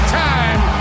time